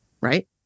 Right